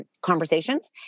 conversations